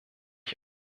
ich